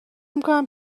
میکنم